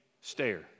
stare